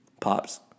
Pops